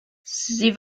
sie